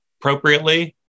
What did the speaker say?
appropriately